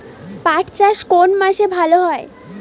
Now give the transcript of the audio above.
পাট চাষ কোন মাসে ভালো হয়?